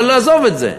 אבל עזוב את זה.